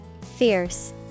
Fierce